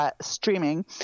streaming